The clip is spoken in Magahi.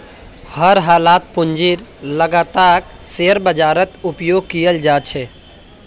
हर हालतत पूंजीर लागतक शेयर बाजारत उपयोग कियाल जा छे